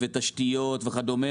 תשתיות וכדומה,